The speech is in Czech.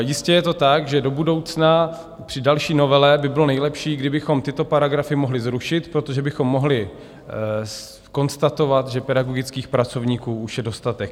Jistě je to tak, že do budoucna při další novele by bylo nejlepší, kdybychom tyto paragrafy mohli zrušit, protože bychom mohli konstatovat, že pedagogických pracovníků už je dostatek.